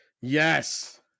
Yes